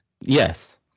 yes